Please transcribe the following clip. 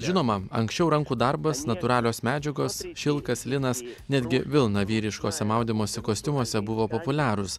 žinoma anksčiau rankų darbas natūralios medžiagos šilkas linas netgi vilna vyriškuose maudymosi kostiumuose buvo populiarūs